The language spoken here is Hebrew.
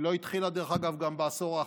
היא לא התחילה, דרך אגב, גם בעשור האחרון.